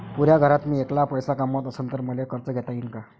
पुऱ्या घरात मी ऐकला पैसे कमवत असन तर मले कर्ज घेता येईन का?